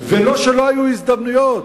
ולא שלא היו הזדמנויות,